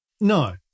No